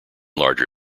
larger